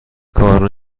کار